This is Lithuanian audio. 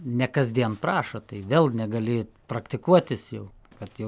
ne kasdien prašo tai vėl negali praktikuotis jau kad jau